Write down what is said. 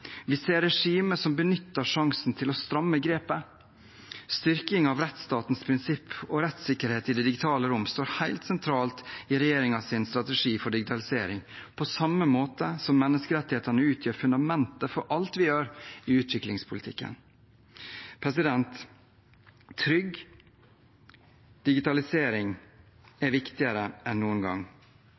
Vi ser regimer som benytter sjansen til å stramme grepet. Styrking av rettsstatens prinsipper og rettssikkerhet i det digitale rom står helt sentralt i regjeringens strategi for digitalisering, på samme måte som menneskerettighetene utgjør fundamentet for alt vi gjør i utviklingspolitikken. Trygg digitalisering er viktigere enn noen gang.